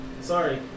sorry